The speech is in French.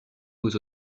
aux